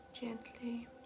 gently